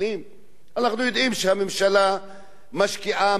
אנחנו יודעים שהממשלה משקיעה מיליארדים,